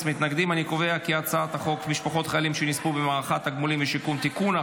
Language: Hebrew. את הצעת חוק משפחות חיילים שנספו במערכה (תגמולים ושיקום) (תיקון,